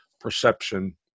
perception